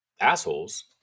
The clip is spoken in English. assholes